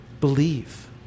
believe